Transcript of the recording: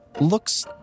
looks